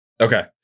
Okay